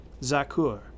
Zakur